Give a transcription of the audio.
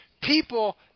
people